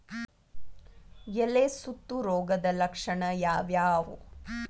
ಎಲೆ ಸುತ್ತು ರೋಗದ ಲಕ್ಷಣ ಯಾವ್ಯಾವ್?